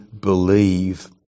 believe